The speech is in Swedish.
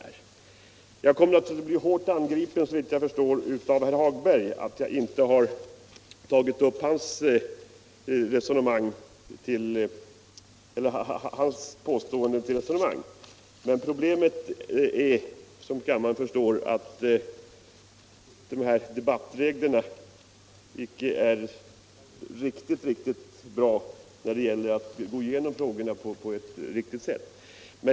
Jag kommer såvitt jag förstår att bli hårt angripen av herr Hagberg i Borlänge för att jag inte har tagit upp hans påståenden till debatt. Men problemet är, som kammaren förstår, att debattreglerna inte är helt tillfredsställande när det gäller att gå igenom frågor på ett riktigt sätt.